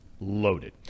Loaded